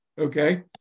Okay